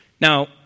Now